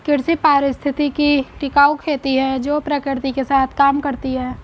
कृषि पारिस्थितिकी टिकाऊ खेती है जो प्रकृति के साथ काम करती है